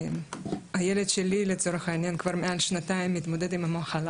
הילד שלי לצורך העניין כבר מעל שנתיים מתמודד עם המחלה